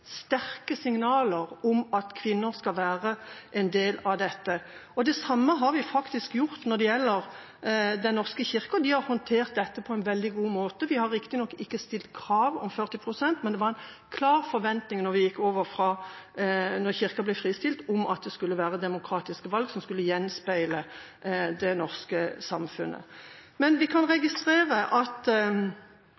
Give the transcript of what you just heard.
sterke signaler om at kvinner skal være en del av dette. Det samme har vi faktisk gjort når det gjelder Den norske kirke, og de har håndtert dette på en veldig god måte. Vi har riktignok ikke stilt krav om 40 pst., men det var en klar forventning da Kirken ble fristilt om at det skulle være demokratiske valg som skulle gjenspeile det norske samfunnet. Men vi kan